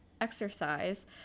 exercise